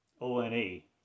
O-N-E